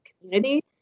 community